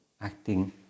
acting